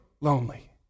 lonely